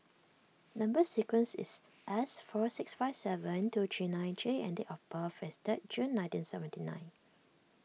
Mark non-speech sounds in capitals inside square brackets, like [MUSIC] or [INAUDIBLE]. [NOISE] Number Sequence is S [NOISE] four six five seven two three nine J and of birth is third June nineteen seventy nine